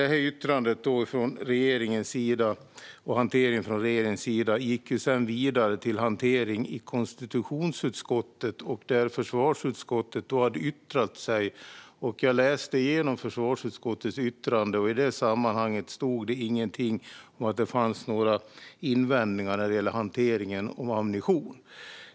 Yttrandet och hanteringen från regeringens sida gick sedan vidare till hantering i konstitutionsutskottet, där försvarsutskottet hade yttrat sig. Jag läste igenom försvarsutskottets yttrande, och i det sammanhanget stod det ingenting om att det fanns några invändningar när det gäller hanteringen av ammunition.